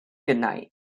goodnight